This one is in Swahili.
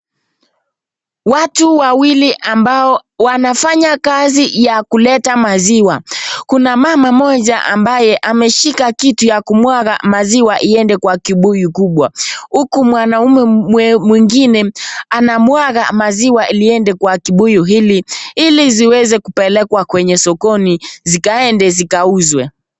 Watu wawili ambao wanafanya kazi ya kuleta maziwa. Kuna mama mmoja ambaye ameshika kitu ya kumwaga maziwa iende kwa kibuyu kubwa huku mwanaume mwingine anamwaga maziwa liende kwa kibuyu ili ziweze kupelekwa kwenye sokoni zikaende zikauzwe.